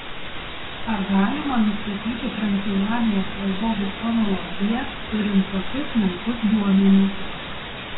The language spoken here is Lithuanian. ar galima nustatyti transilvanijos valdovų chronologiją turint tokius menkus duomenis